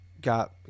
got